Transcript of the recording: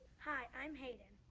hi, i'm haiden.